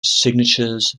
signatures